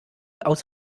aus